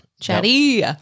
Chatty